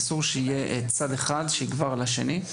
אסור שיהיה צד אחד שיגבר על השני,